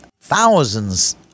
thousands